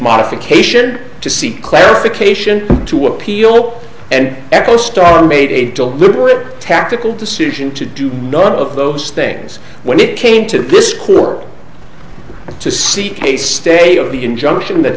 modification to seek clarification to appeal and echostar made a deliberate tactical decision to do none of those things when it came to this court to seek a stay of the injunction that